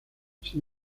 sin